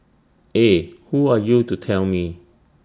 eh who are you to tell me